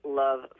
love